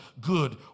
good